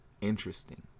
interesting